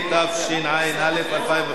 התשע"א 2011,